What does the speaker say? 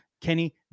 Kenny